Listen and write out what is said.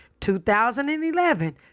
2011